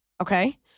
Okay